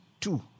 Two